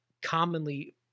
commonly